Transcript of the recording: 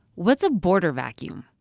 what's a border vacuum?